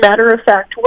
matter-of-fact